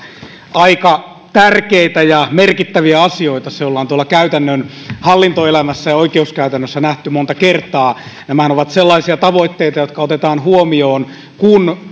aika tärkeitä ja merkittäviä asioita se ollaan tuolla käytännön hallintoelämässä ja oikeuskäytännössä nähty monta kertaa nämähän ovat sellaisia tavoitteita jotka otetaan huomioon kun